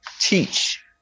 teach